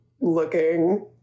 looking